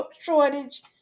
shortage